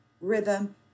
rhythm